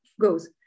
goes